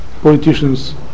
politicians